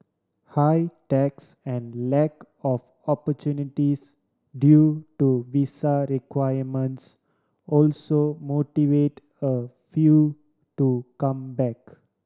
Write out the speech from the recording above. high taxes and lack of opportunities due to visa requirements also motivate a few to come back